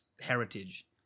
heritage